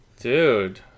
Dude